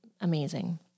amazing